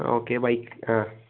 okay bike ആ